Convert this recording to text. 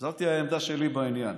זו העמדה שלי בעניין.